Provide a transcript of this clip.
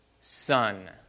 son